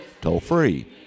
toll-free